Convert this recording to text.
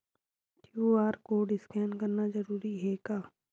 QR code scan करना जरूरी हे का?